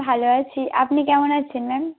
ভালো আছি আপনি কেমন আছেন ম্যাম